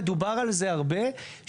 ודובר על זה הרבה,